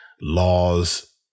laws